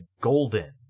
golden